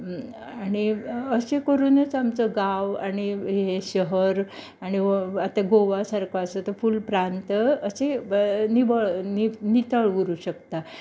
आनी आनी अशें करूनच आमचो गांव आनी हें शहर आनी आता गोवा सारको आसा तो फूल प्रांत अशें निवळ नितळ उरूंक शकता